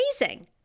amazing